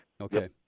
Okay